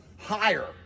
higher